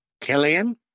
Killian